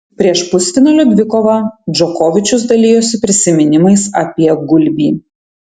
prieš pusfinalio dvikovą džokovičius dalijosi prisiminimais apie gulbį